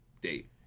date